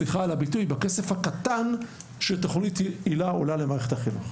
סליחה על הביטוי קמצנים בכסף הקטן שתוכנית היל"ה עולה למערכת החינוך.